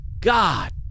God